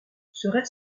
serait